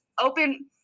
open